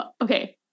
Okay